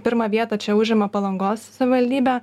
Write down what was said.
pirmą vietą čia užima palangos savivaldybė